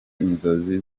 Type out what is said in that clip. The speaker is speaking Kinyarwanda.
inzozi